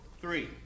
three